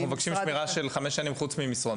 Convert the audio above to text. אנחנו מבקשים שמירה של חמש שנים חוץ ממסרון.